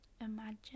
Imagine